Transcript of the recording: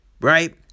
right